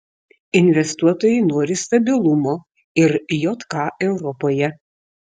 investuotojai nori stabilumo ir jk europoje